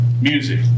Music